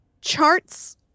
charts